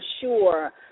sure